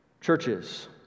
churches